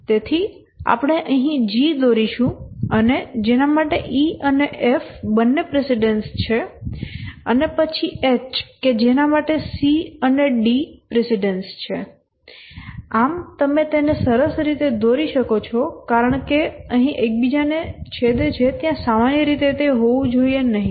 તેથી આપણે અહીં G દોરીશું અને જેના માટે E અને F બંને પ્રિસીડેન્સ છે અને પછી H કે જેના માટે C અને D પ્રિસીડેન્સ છે તમે તેને સરસ રીતે દોરી શકો છો કારણ કે અહીં એકબીજાને છેદે છે ત્યાં સામાન્ય રીતે તે હોવું જોઈએ નહીં